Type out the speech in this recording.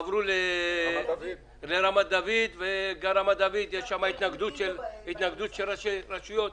עברו לרמת דוד וברמת דוד יש התנגדות של ראשי רשויות.